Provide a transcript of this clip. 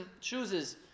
chooses